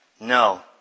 No